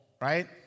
right